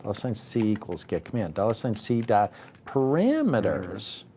ah sign c equals get command. dollar sign c but parameters.